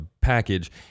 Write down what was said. package